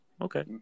Okay